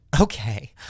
okay